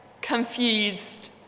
confused